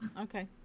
Okay